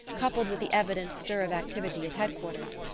coupled with the evident stir of activity at head-quarters,